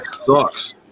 sucks